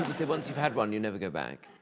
say once you've had one, you never go back.